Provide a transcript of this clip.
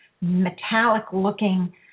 metallic-looking